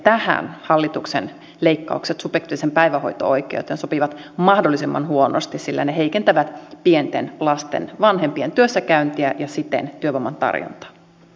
tähän hallituksen leikkaukset subjektiiviseen päivähoito oikeuteen sopivat mahdollisimman huonosti sillä ne heikentävät pienten lasten vanhempien työssäkäyntiä ja siten työvoiman tarjontaa